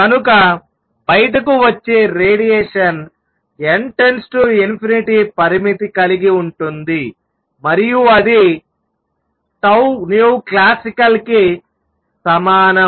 కనుక బయటకు వచ్చే రేడియేషన్ n →∞ పరిమితి కలిగి ఉంటుంది మరియు అది classical కి సమానం